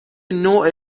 نوع